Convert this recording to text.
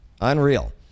Unreal